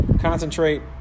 concentrate